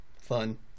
Fun